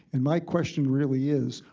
and my question really is,